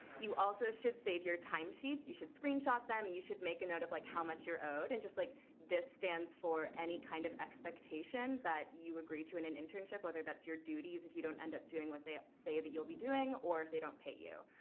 you also should save your timesheets. you should screenshot them. you should make a note of like how much you're owed and just like this stands for any kind of expectation that you agreed to in an internship, whether that's your duties if you don't end up doing what they say that you'll be doing or if they don't pay you.